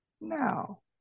No